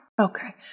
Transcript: Okay